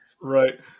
Right